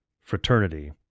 fraternity